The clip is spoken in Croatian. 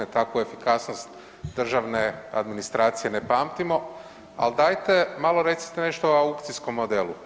Takvu efikasnost državne administracije ne pamtimo, ali dajte malo recite nešto o aukcijskom modelu.